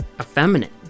effeminate